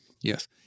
Yes